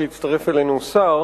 כי הוא שכח את יונתן